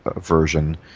version